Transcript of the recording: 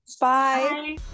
Bye